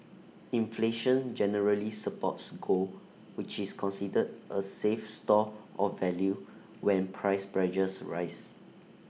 inflation generally supports gold which is considered A safe store of value when price pressures rise